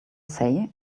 say